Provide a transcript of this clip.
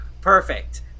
Perfect